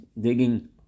digging